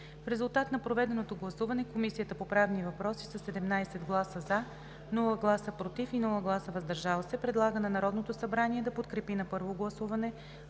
В резултат на проведеното гласуване Комисията по правни въпроси със 17 гласа „за“, без „против“ и „въздържал се“ предлага на Народното събрание да подкрепи на първо гласуване